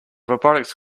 robotics